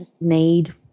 need